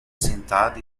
sentado